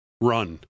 run